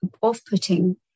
off-putting